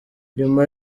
nyuma